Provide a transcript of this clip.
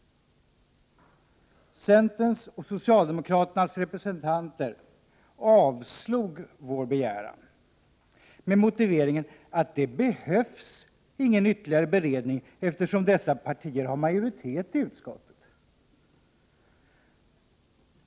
Centerns och socialdemokraternas representanter avslog vår begäran med motiveringen att det inte behövs någon ytterligare beredning, eftersom dessa partier har majoritet i utskottet!